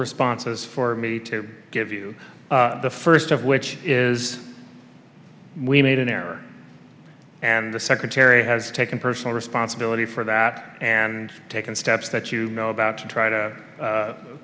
responses for me to give you the first of which is we made an error and the secretary has taken personal responsibility for that and taken steps that you know about to try to